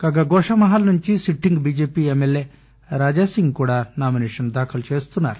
కాగా గోషామహల్ నుంచి sitting BJP MLA Raja Singh కూడా నామినేషన్ దాఖలు చేస్తున్నారు